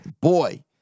Boy